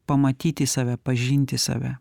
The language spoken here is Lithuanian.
pamatyti save pažinti save